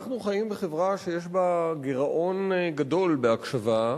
אנחנו חיים בחברה שיש בה גירעון גדול בהקשבה,